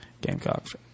Gamecocks